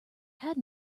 had